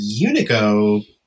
Unico